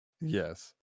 Yes